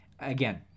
Again